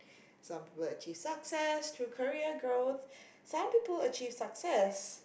some people will choose success preferring a goal some people achieve success